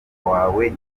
wawe